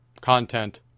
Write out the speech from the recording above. Content